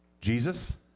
Jesus